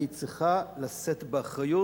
צריכה לשאת באחריות.